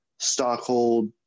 stockhold